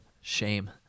shame